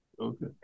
Okay